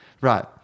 Right